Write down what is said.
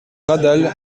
radal